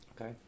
Okay